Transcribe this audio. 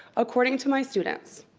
according to my students,